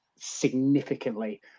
significantly